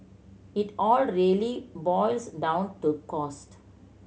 it all really boils down to cost